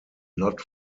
not